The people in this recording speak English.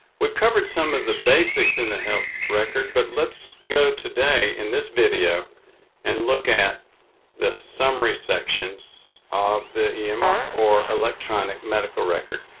we've covered some of the basics in the health record but let's go today in this video and look at the summary sections of the emr or electronic medical record.